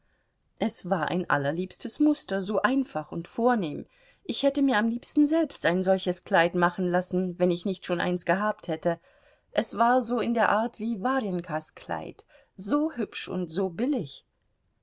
es war ein allerliebstes muster so einfach und vornehm ich hätte mir am liebsten selbst ein solches kleid machen lassen wenn ich nicht schon eins gehabt hätte es war so in der art wie warjenkas kleid so hübsch und so billig